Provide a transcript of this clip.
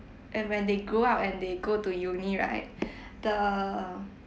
and when they go out and they go to uni right the